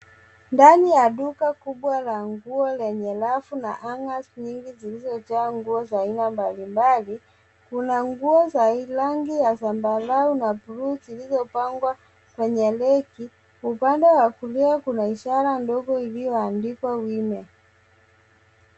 Ndani ya duka kubwa la nguo lenye rafu na hangers mingi zilizojaa nguo za aina mbalimbali kuna nguo za rangi ya zambarau na bluu zilizopangwa kwenye reki. Upande wa kulia kuna ishara ndogo iliyoandikwa women .